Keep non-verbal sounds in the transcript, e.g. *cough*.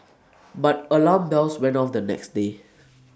*noise* but alarm bells went off the next day